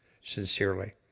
Sincerely